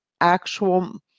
actual